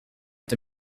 est